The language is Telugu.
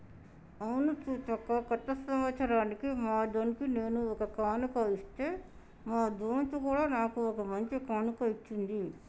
అవును సీతక్క కొత్త సంవత్సరానికి మా దొన్కి నేను ఒక కానుక ఇస్తే మా దొంత్ కూడా నాకు ఓ మంచి కానుక ఇచ్చింది